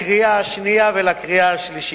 לקריאה השנייה ולקריאה השלישית.